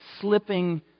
slipping